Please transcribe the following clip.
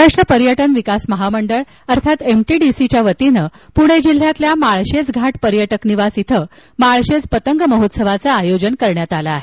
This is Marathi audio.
महाराष्ट्र पर्यटन विकास महामंडळ अर्थात एमटीडीसीच्या वतीनं पूणे जिल्ह्यातील माळशेज घाट पर्यटक निवास इथं माळशेज पतंग महोत्सवाचं आयोजन करण्यात आलं आहे